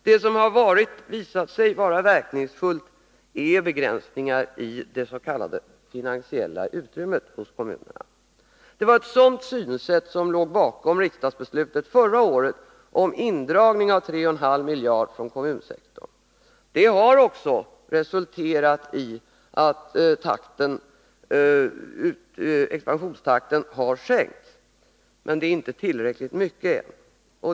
Det som har visat sig vara verkningsfullt är begränsningar i det s.k. finansiella utrymmet hos kommunerna. Det var ett sådant synsätt som låg bakom riksdagsbeslutet förra året om indragning av 3,5 miljarder kronor från kommunsektorn. Det har också resulterat i att expansionstakten har sänkts, men det är inte tillräckligt mycket.